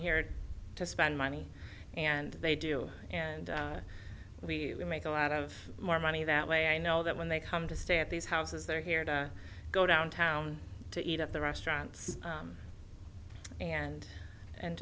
here to spend money and they do and we make a lot of more money that way i know that when they come to stay at these houses they're here to go downtown to eat at the restaurants and and